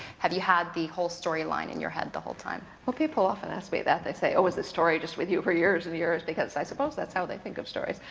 have you had the whole storyline in your head the whole time? well people often ask me that. they say, was the story just with you for years and years? because i suppose that's how they think of stories.